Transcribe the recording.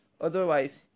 Otherwise